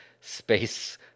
space